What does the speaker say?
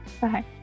Bye